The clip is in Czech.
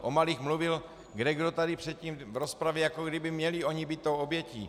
O malých mluvil kdekdo tady předtím v rozpravě, jako by měli oni být tou obětí.